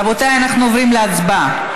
רבותיי, אנחנו עוברים להצבעה.